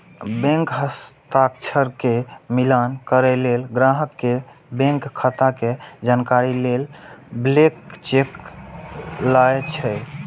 bank हस्ताक्षर के मिलान करै लेल, ग्राहक के बैंक खाता के जानकारी लेल ब्लैंक चेक लए छै